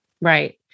Right